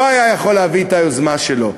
לא היה יכול להביא את היוזמה שלו,